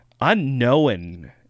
unknown